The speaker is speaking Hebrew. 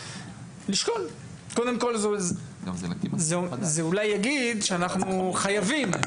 זה אולי יגיד שאנחנו חייבים לבדוק את זה כי התופעה חמורה.